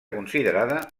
considerada